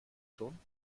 schon